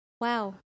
wow